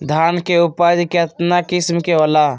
धान के उपज केतना किस्म के होला?